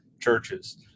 churches